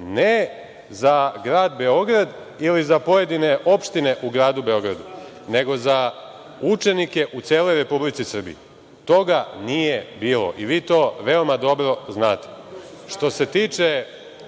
ne za grad Beograd ili za pojedine opštine u gradu Beogradu, nego za učenika u celoj Republici Srbiji. Toga nije bilo i vi to veoma dobro znate. Što se tiče